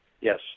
Yes